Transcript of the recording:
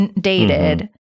dated